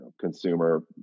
consumer